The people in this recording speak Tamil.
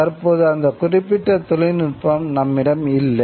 தற்போது அந்த குறிப்பிட்ட தொழில்நுட்பம் நம்மிடம் இல்லை